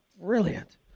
brilliant